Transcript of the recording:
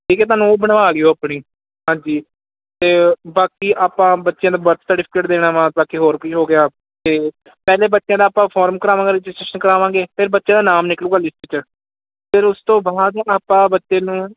ਠੀਕ ਹੈ ਤੁਹਾਨੂੰ ਉਹ ਬਣਵਾ ਲਿਓ ਆਪਣੀ ਹਾਂਜੀ ਅਤੇ ਬਾਕੀ ਆਪਾਂ ਬੱਚਿਆਂ ਨੂੰ ਬਰਥ ਸਰਟੀਫਿਕੇਟ ਦੇਣਾ ਵਾ ਬਾਕੀ ਹੋਰ ਕੀ ਹੋ ਗਿਆ ਅਤੇ ਪਹਿਲੇ ਬੱਚਿਆਂ ਦਾ ਆਪਾਂ ਫੋਰਮ ਕਰਾਵਾਂਗੇ ਰਜਿਸਟਰੇਸ਼ਨ ਕਰਾਵਾਂਗੇ ਫਿਰ ਬੱਚਿਆਂ ਦਾ ਨਾਮ ਨਿਕਲੂਗਾ ਲਿਸਟ 'ਚ ਫਿਰ ਉਸ ਤੋਂ ਬਾਅਦ ਆਪਾਂ ਬੱਚੇ ਨੂੰ